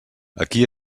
aquí